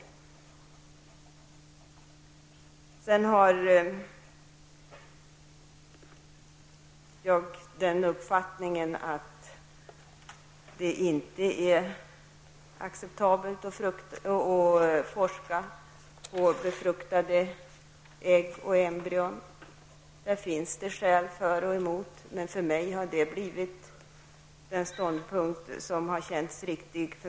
Jag har även den uppfattningen att det inte är acceptabelt att forska på befruktade ägg och embryon. Där finns det skäl för och emot. Men detta har för mig blivit den ståndpunkt som har känts riktig.